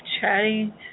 chatting